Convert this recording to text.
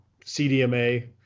CDMA